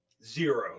zero